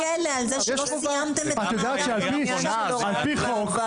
לא תהיו בכלא על זה שלא סיימתם את המאגר --- את יודעת שעל פי חוק,